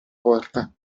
porta